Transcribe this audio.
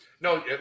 No